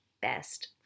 best